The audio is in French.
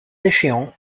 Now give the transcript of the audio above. échéant